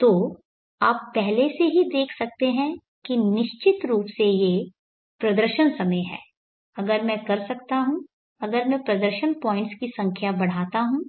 तो आप पहले से ही देख सकते हैं कि निश्चित रूप से ये प्रदर्शन समय हैं अगर मैं कर सकता हूं अगर मैं प्रदर्शन पॉइंट्स की संख्या बढ़ाता हूं